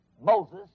Moses